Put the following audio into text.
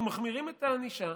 אנחנו מחמירים את הענישה.